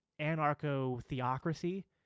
anarcho-theocracy